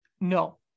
No